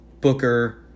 Booker